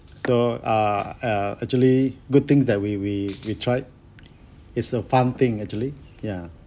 so uh uh actually good thing that we we we tried is a fun thing actually ya